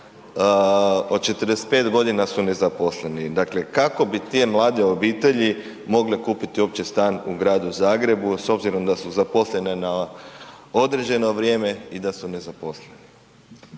od 45 godina su nezaposleni. Dakle kako bi te mlade obitelji mogle kupiti uopće stan u gradu Zagrebu s obzirom da su zaposlene na određeno vrijeme i da su nezaposlene.